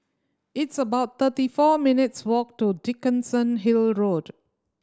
it's about thirty four minutes' walk to Dickenson Hill Road